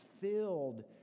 filled